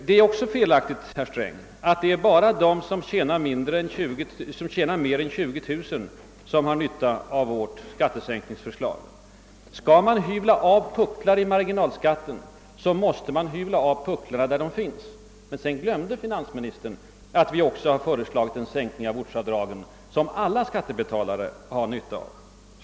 Det är också felaktigt, herr Sträng, att det bara är de som tjänar mer än 20 000 kronor som har nytta av vårt skattesänkningsförslag. Skall man »hyvla av» pucklar i marginalskatten måste man »hyvla av» dem där de finns. Dessutom glömde finansministern att vi även har föreslagit en höjning av ortsavdragen. Det har alla skattebetalare nytta av.